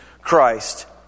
Christ